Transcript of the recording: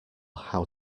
how